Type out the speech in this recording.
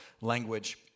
language